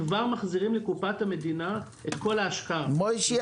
כבר מחזירים לקופת המדינה את כל ההשקעה --- משה,